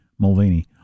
Mulvaney